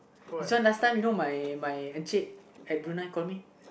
this one last time you know my my Encik at Brunei call me